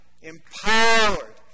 empowered